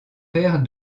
père